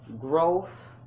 growth